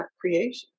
creation